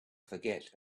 forget